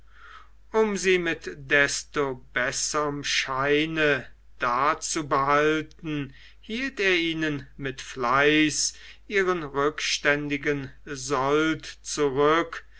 um sie mit desto besserm scheine da zu behalten hielt er ihnen mit fleiß ihren rückständigen sold zurück